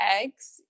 eggs